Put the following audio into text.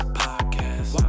podcast